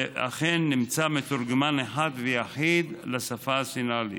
ואכן נמצא מתורגם אחד ויחיד לשפה הסינהלית,